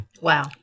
Wow